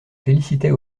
félicitait